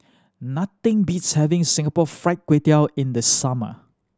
nothing beats having Singapore Fried Kway Tiao in the summer